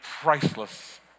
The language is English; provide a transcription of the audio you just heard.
priceless